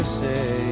say